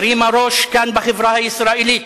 הרימה ראש כאן בחברה הישראלית.